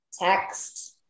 Text